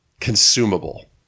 consumable